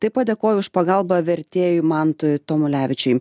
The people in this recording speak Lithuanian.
taip pat dėkoju už pagalbą vertėjui mantui tomulevičiui